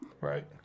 right